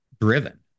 driven